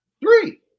Three